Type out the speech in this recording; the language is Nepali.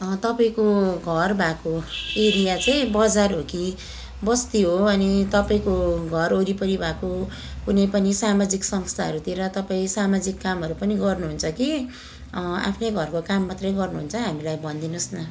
तपाईँको घर भएको एरिया चाहिँ बजार हो कि बस्ती हो अनि तपाईँको घर वरिपरि भएको कुनै पनि सामाजिक संस्थाहरूतिर तपाईँ सामाजिक कामहरू पनि गर्नुहुन्छ कि आफ्नै घरको काम मात्र गर्नुहुन्छ हामीलाई भनिदिनुहोस् न